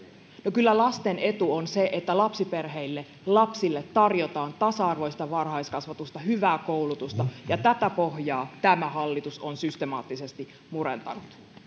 kyllä lasten etu on se että lapsille tarjotaan tasa arvoista varhaiskasvatusta hyvää koulutusta ja tätä pohjaa tämä hallitus on systemaattisesti murentanut